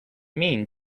mean